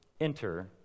Enter